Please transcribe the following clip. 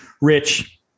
rich